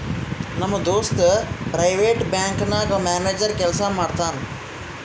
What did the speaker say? ನಮ್ ದೋಸ್ತ private bank ನಾಗ್ ಮ್ಯಾನೇಜರ್ ಕೆಲ್ಸಾ ಮಾಡ್ತಾನ್